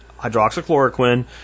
hydroxychloroquine